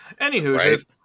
Anywho